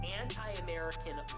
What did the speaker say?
anti-American